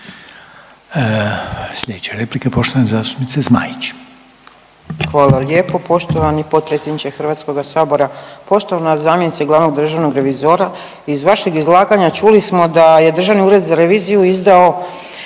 Sljedeća replika poštovana zastupnica Zmaić. **Zmaić, Ankica (HDZ)** Hvala lijepo poštovani potpredsjedniče HS-a. Poštovana zamjenice glavnog državnog revizora. Iz vašeg izlaganja čuli smo da je Državni ured za reviziju izdao